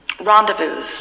rendezvous